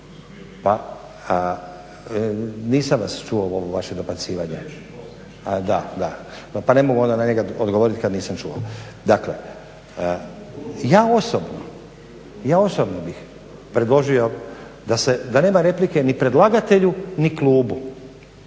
… Nisam vas čuo ovo vaše dobacivanje. … /Upadica se ne razumije./ … Da, pa ne mogu onda na njega odgovorit kad nisam čuo. Dakle ja osobno bih predložio da nema replike ni predlagatelju ni klubu